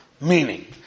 Meaning